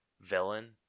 villain